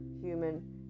human